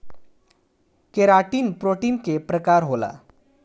keratin protein के प्रकार होला